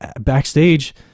backstage